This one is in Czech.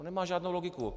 To nemá žádnou logiku.